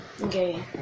Okay